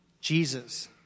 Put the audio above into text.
Jesus